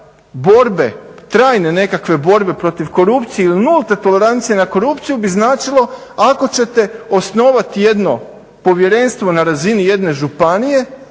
borbe, trajne nekakve borbe protiv korupcije ili nulte tolerancije na korupciju bi značilo ako ćete osnovati jedno povjerenstvo na razini jedne županije